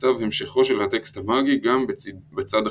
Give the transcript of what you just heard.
נכתב המשכו של הטקסט המאגי גם בצד החיצוני.